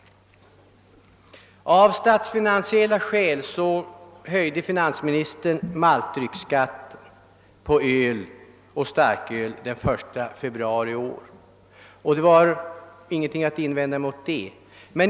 Av statsfinansiella skäl höjde finansministern maltdrycksskatten på öl och starköl den 1 februari i år, och det var ingenting att invända mot det.